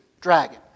Dragon